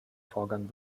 vorgang